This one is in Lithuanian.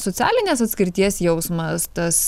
socialinės atskirties jausmas tas